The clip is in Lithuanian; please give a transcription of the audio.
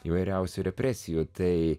įvairiausių represijų tai